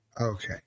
okay